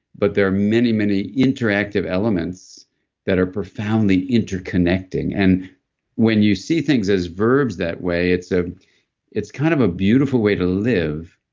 but there are many, many interactive elements that are profoundly interconnecting. and when you see things as verbs that way, it's ah it's kind of a beautiful way to live,